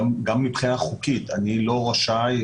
גם מבחינה חוקית אני לא רשאי,